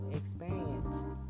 experienced